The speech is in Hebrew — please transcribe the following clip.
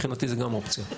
מבחינתי זה גם אופציה,